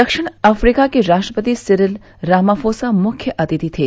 दक्षिण अफ्रीका के राष्ट्रपति सिरिल रामाफोसा मुख्य अतिथि थे